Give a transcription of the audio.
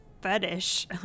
fetish